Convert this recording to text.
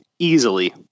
Easily